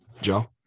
Joe